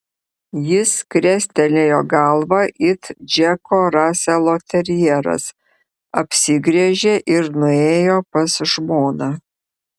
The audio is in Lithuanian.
jis krestelėjo galvą it džeko raselo terjeras apsigręžė ir nuėjo pas žmoną